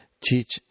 teach